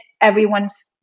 everyone's